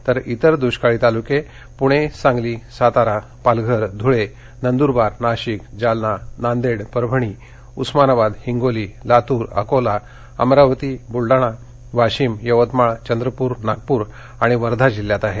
तर इतर दुष्काळी तालुके पुणे सांगली सातारा पालघर धुळे नंदुरबार नाशिक जालना नांदेड परभणी उस्मानाबाद हिंगोली लातूर अकोला अमरावती बुलडाणा वाशीम यवतमाळ चंद्रपूर नागपूर आणि वर्धा जिल्ह्यात आहेत